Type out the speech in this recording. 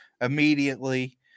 immediately